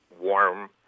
warm